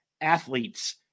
athletes